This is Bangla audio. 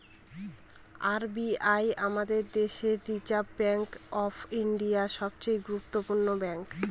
আর বি আই আমাদের দেশের রিসার্ভ ব্যাঙ্ক অফ ইন্ডিয়া, সবচে গুরুত্বপূর্ণ ব্যাঙ্ক